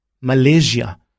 Malaysia